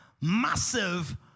massive